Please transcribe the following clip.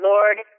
Lord